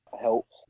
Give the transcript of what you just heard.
helps